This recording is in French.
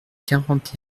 quarante